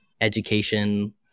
education